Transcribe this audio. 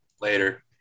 later